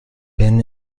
been